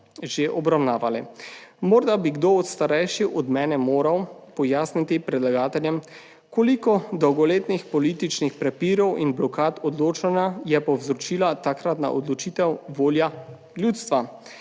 že obravnavali. Morda bi kdo od starejših od mene moral pojasniti predlagateljem koliko dolgoletnih političnih prepirov in blokad odločanja je povzročila takratna odločitev volja ljudstva,